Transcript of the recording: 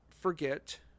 forget